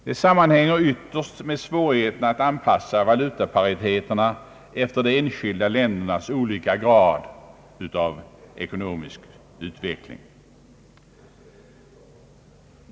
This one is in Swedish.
Den sammanhänger ytterst med svårigheterna att anpassa valutapariteterna efter de enskilda ländernas olika grad av ekonomisk utveckling.